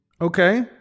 Okay